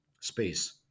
space